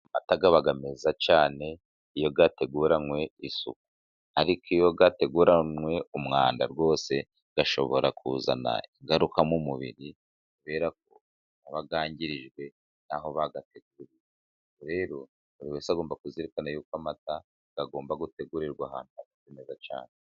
Amata aba meza cyane, iyo ateguranwe isuku ariko iyo ateguranwe umwanda, rwose ashobora kuzana ingaruka mu mubiri, kubera ko aba yangirijwe n'aho bayateguriye, rero buri wese agomba kuzirikana yuko amata agomba gutegurirwa ahantu heza cyane.